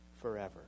forever